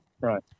Right